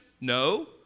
No